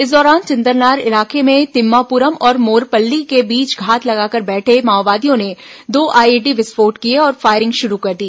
इसी दौरान चिंतलनार इलाके में तिम्मापुरम और मोरपल्ली के बीच घात लगाकर बैठे माओवादियों ने दो आईईडी विस्फोट किए और फायरिंग शुरू कर दी